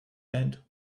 and